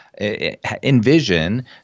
envision